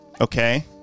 Okay